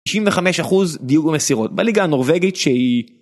95% דיוג ומסירות בליגה הנורווגית שהיא.